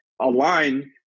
align